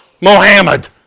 Mohammed